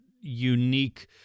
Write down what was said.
unique